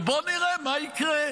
ובואי נראה מה יקרה.